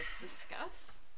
discuss